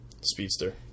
speedster